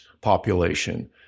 population